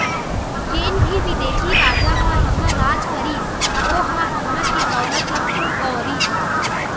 जेन भी बिदेशी राजा ह इहां राज करिस ओ ह इहां के दउलत ल खुब बउरिस